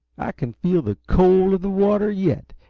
i can feel the cold of the water yet,